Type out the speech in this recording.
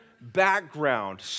background